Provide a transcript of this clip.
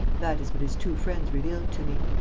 that is what his two friends revealed to me.